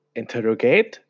interrogate